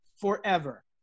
forever